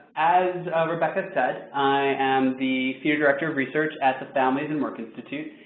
as rebecca said, i am the senior director of research at the families and work institute,